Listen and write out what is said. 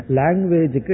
language